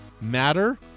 Matter